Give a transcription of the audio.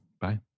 Bye